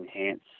enhance